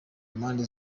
mpande